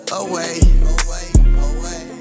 away